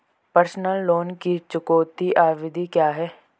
Personal loan की चुकौती अवधि क्या है?